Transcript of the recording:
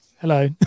hello